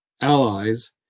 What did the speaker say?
allies